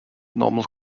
normal